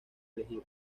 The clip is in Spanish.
elegir